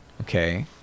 okay